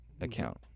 account